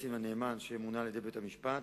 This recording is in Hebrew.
הנכסים הנאמן, שמונה על-ידי בית-המשפט.